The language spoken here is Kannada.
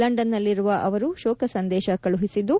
ಲಂಡನ್ನಲ್ಲಿರುವ ಅವರು ಶೋಕ ಸಂದೇಶ ಕಳುಹಿಸಿದ್ದು